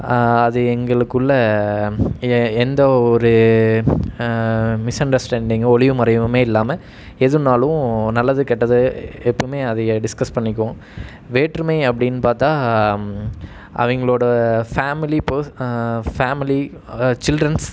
அது எங்களுக்குள்ள எ எந்த ஒரு மிஸ் அண்டர்ஸ்டாண்டிங்கு ஒளிவு மறைவுமே இல்லாமல் எதுனாலும் நல்லது கெட்டது எப்போவுமே அதையே டிஸ்கஸ் பண்ணிக்குவோம் வேற்றுமை அப்படின்னு பார்த்தா அவங்களோட ஃபேமிலி பஸ் ஃபேமிலி சில்ட்ரன்ஸ்